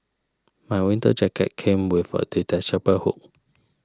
my winter jacket came with a detachable hood